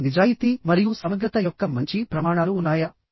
మీకు నిజాయితీ మరియు సమగ్రత యొక్క మంచి ప్రమాణాలు ఉన్నాయా